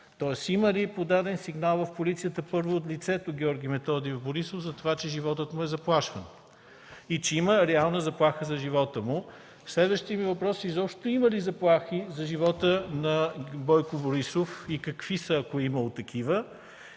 Тоест има ли подаден сигнал в полицията първо от лицето Бойко Методиев Борисов за това, че животът му е заплашван и че има реална заплаха за живота му? Следващият ми въпрос е: изобщо има ли заплахи за живота на Бойко Борисов и какви са, ако има такива?